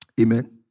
Amen